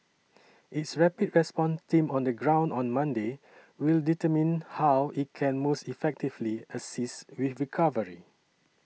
its rapid response team on the ground on Monday will determine how it can most effectively assist with recovery